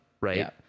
right